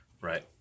Right